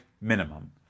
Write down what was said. Minimum